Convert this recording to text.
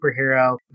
superhero